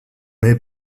est